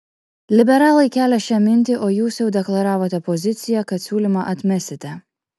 liberalai kelią šią mintį o jūs jau deklaravote poziciją kad siūlymą atmesite